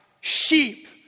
sheep